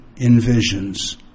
envisions